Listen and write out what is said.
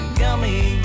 gummy